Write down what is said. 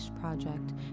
project